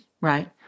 Right